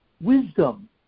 wisdom